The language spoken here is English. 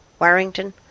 Warrington